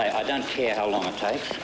i don't care how long it takes